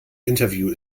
interview